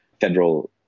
federal